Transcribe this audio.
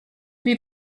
wie